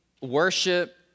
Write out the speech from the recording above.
worship